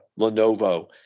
Lenovo